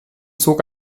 zog